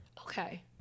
Okay